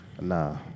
Nah